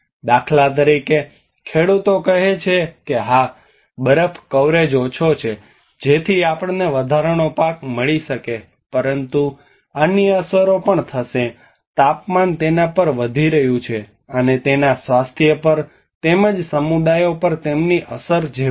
દાખલા તરીકે ખેડૂતો કહે છે કે હા બરફ કવરેજ ઓછો છે જેથી આપણને વધારાનો પાક મળી શકે પરંતુ અન્ય અસરો પણ થશે તાપમાન તેના પર વધી રહ્યું છે અને તેના સ્વાસ્થ્ય પર તેમજ સમુદાયો પર તેમની અસર જેવું છે